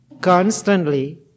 Constantly